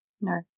No